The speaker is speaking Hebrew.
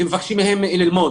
ומבקשים מהם ללמוד.